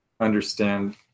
understand